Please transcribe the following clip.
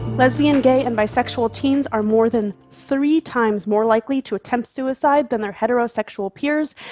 lesbian, gay and bisexual teens are more than three times more likely to attempt suicide than their heterosexual peers.